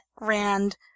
Rand